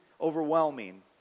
overwhelming